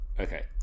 Okay